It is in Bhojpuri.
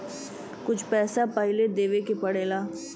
कुछ पैसा पहिले देवे के पड़ेला